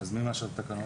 אז מי מאשר את התקנות?